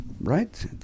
Right